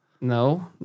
No